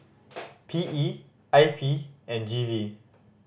P E I P and G V